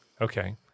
Okay